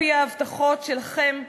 על-פי ההבטחות שלכם,